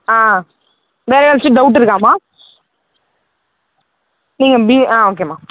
ஆ வேறு எதாச்சும் டௌட்டு இருக்காம்மா நீங்கள் பி ஆ ஓகேம்மா